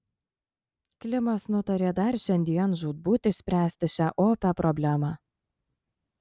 klimas nutarė dar šiandien žūtbūt išspręsti šią opią problemą